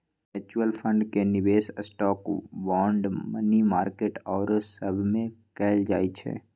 mutual fund के निवेश stock, bond, money market आउरो सभमें कएल जाइ छइ